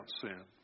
sin